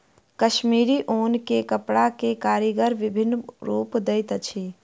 कश्मीरी ऊन के कपड़ा के कारीगर विभिन्न रूप दैत अछि